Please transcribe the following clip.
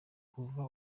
kuva